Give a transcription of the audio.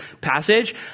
passage